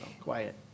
quiet